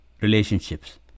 relationships